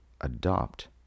adopt